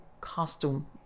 costume